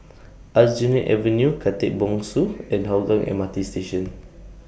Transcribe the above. Aljunied Avenue Khatib Bongsu and Hougang M R T Station